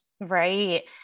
right